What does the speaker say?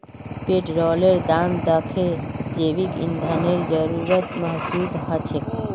पेट्रोलेर दाम दखे जैविक ईंधनेर जरूरत महसूस ह छेक